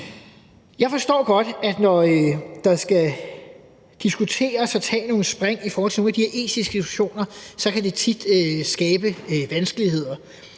Jeg forstår godt, at når man skal diskutere og tage nogle spring i forhold til nogle af de her etiske diskussioner, så kan det tit skabe vanskeligheder.